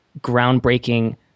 groundbreaking